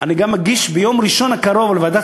אני גם מגיש ביום ראשון הקרוב לוועדת